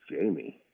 Jamie